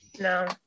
No